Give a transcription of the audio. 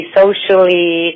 socially